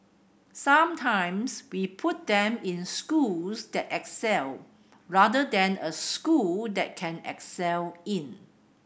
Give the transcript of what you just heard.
sometimes we put them in schools that excel rather than a school that can excel in